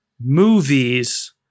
movies